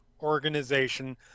organization